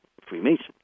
Freemason